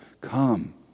Come